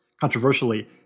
controversially